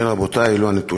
כן, רבותי, אלו הנתונים.